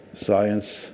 science